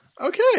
Okay